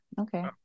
okay